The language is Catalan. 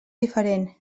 diferent